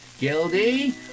Gildy